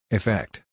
Effect